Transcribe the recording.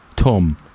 Tom